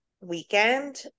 weekend